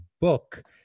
book